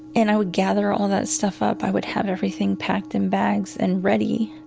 and i would gather all that stuff up. i would have everything packed in bags and ready.